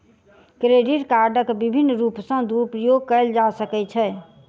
credit कार्डक विभिन्न रूप सॅ दुरूपयोग कयल जा सकै छै